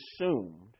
assumed